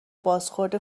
بازخورد